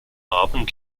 abend